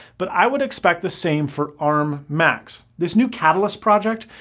but i'd expect the same for arm macs. this new catalyst project,